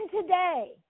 today